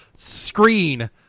screen